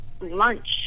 lunch